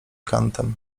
kantem